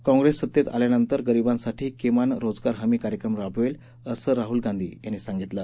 काँप्रेस सत्तेत आल्यानंतर गरीबांसाठी किमान रोजगार हमी कार्यक्रम राबवेल असंही राहुल गांधी यांनी सांगितलं